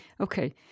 Okay